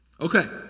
Okay